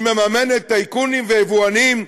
היא מממנת טייקונים ויבואנים,